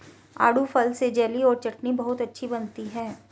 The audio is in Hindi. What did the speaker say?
आड़ू फल से जेली और चटनी बहुत अच्छी बनती है